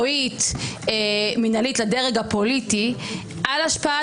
מקצועית-מינהלית לדרג הפוליטי על ההשפעה